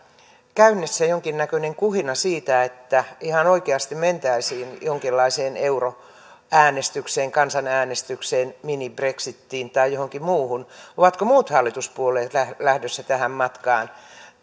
käynnissä jonkinnäköinen kuhina siitä että ihan oikeasti mentäisiin jonkinlaiseen euroäänestykseen kansanäänestykseen mini brexitiin tai johonkin muuhun ovatko muut hallituspuolueet lähdössä tähän matkaan